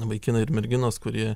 vaikinai ir merginos kurie